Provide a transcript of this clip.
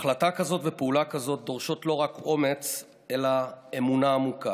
החלטה כזאת ופעולה כזאת דורשות לא רק אומץ אלא אמונה עמוקה.